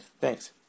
Thanks